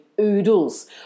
Oodles